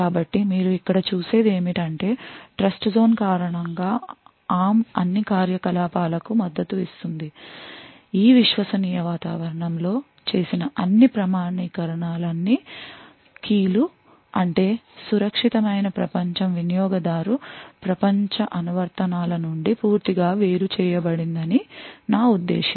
కాబట్టి మీరు ఇక్కడ చూసేది ఏమిటంటే ట్రస్ట్జోన్ కారణంగా ARM అన్ని కార్యకలాపాలకు మద్దతు ఇస్తుంది ఈ విశ్వసనీయ వాతావరణంలో చేసిన అన్ని ప్రామాణీకరణలన్నీ అన్ని key లు అంటే సురక్షితమైన ప్రపంచం వినియోగదారు ప్రపంచ అనువర్తనాల నుండి పూర్తిగా వేరుచేయబడిందని నా ఉద్దేశ్యం